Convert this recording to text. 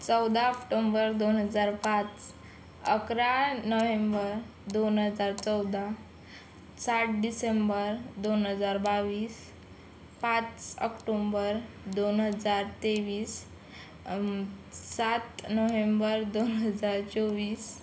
चौदा ऑक्टोंबर दोन हजार पाच अकरा नोहेंबर दोन हजार चौदा सात डिसेंबर दोन हजार बावीस पाच ऑक्टुंबर दोन हजार तेवीस सात नोहेंबर दोन हजार चोवीस